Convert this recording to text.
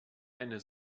eine